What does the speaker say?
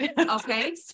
okay